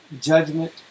judgment